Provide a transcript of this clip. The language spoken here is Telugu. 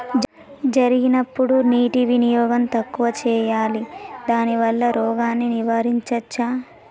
జరిగినప్పుడు నీటి వినియోగం తక్కువ చేయాలి దానివల్ల రోగాన్ని నివారించవచ్చా?